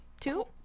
two